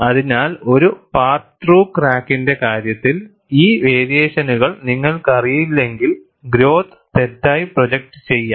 അതിനാൽ ഒരു part through ക്രാക്കിന്റെ കാര്യത്തിൽ ഈ വേരിയേഷനുകൾ നിങ്ങൾക്കറിയില്ലെങ്കിൽഗ്രോത്ത് തെറ്റായി പ്രെഡിക്റ്റ് ചെയ്യാം